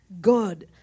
God